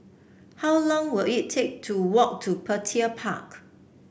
how long will it take to walk to Petir Park